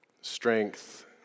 strength